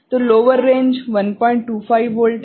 तो lower range 125 volt है